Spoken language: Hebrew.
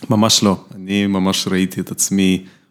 ממש לא, אני ממש ראיתי את עצמי.